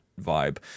vibe